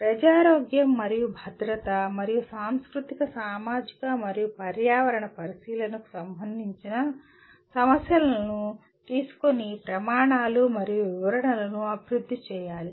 ప్రజారోగ్యం మరియు భద్రత మరియు సాంస్కృతిక సామాజిక మరియు పర్యావరణ పరిశీలనకు సంబంధించిన సమస్యలను తీసుకొని ఈ ప్రమాణాలు మరియు వివరణలను అభివృద్ధి చేయాలి